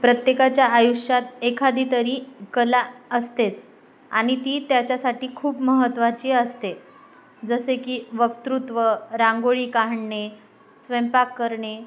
प्रत्येकाच्या आयुष्यात एखादीतरी कला असतेच आणि ती त्याच्यासाठी खूप महत्त्वाची असते जसे की वक्तृत्व रांगोळी काढणे स्वयंपाक करणे